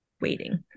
waiting